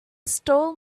stole